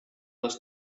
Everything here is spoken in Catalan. les